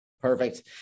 Perfect